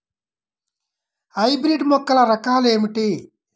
Hybrid మొక్కల రకాలు ఏమిటీ?